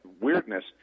weirdness